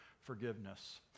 forgiveness